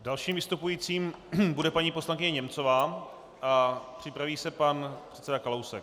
Dalším vystupujícím bude paní poslankyně Němcová a připraví se pan předseda Kalousek.